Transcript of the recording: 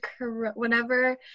whenever